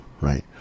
right